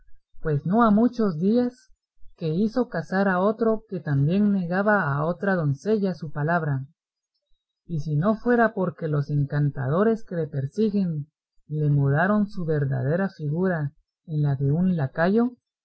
pues no ha muchos días que hizo casar a otro que también negaba a otra doncella su palabra y si no fuera porque los encantadores que le persiguen le mudaron su verdadera figura en la de un lacayo